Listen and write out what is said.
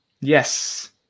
Yes